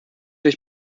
euch